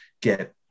get